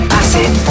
acid